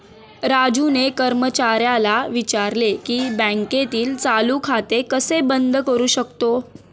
राजूने कर्मचाऱ्याला विचारले की बँकेतील चालू खाते कसे बंद करू शकतो?